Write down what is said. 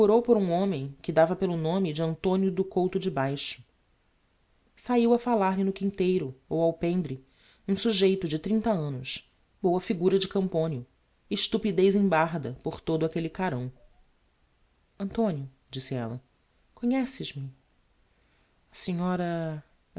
por um homem que dava pelo nome de antonio do couto de baixo sahiu a fallar-lhe no quinteiro ou alpendre um sujeito de trinta annos boa figura de camponio estupidez em barda por todo aquelle carão antonio disse ella conheces me a senhora a